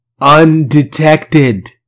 undetected